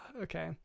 Okay